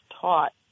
taught